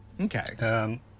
Okay